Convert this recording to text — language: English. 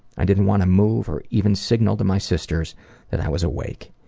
i didn't want to move or even signal to my sisters that i was awake.